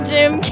Jim